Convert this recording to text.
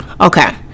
Okay